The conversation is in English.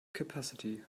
capacity